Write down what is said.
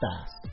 fast